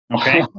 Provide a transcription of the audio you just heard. Okay